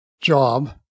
job